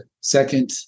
second